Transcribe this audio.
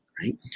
right